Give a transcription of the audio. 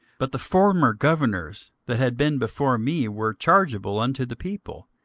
but the former governors that had been before me were chargeable unto the people,